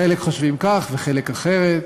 חלק חושבים כך וחלק אחרת,